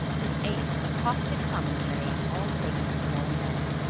his aim a caustic commentary on all things and all men,